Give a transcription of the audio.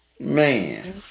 Man